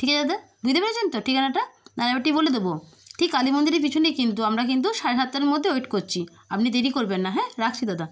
ঠিক আছে দাদা বুঝতে পেরেছেন তো ঠিকানাটা না আর একবারটি বলে দেব ঠিক কালী মন্দিরের পিছনেই কিন্তু আমরা কিন্তু সাড়ে সাতটার মধ্যে ওয়েট করছি আপনি দেরি করবেন না হ্যাঁ রাখছি দাদা